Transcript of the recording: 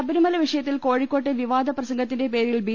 ശബരിമല വിഷയത്തിൽ കോഴിക്കോട്ടെ വിവാദ പ്രസംഗത്തിന്റെ പേരിൽ ബി